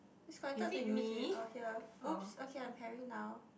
it's connected to you is it or here whoops okay I'm pairing now